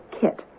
kit